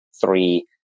three